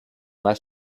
less